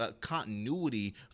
continuity